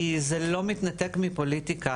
כי זה לא מתנתק מפוליטיקה.